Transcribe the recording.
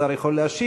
השר יכול להשיב,